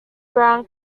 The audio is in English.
brown